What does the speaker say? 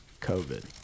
COVID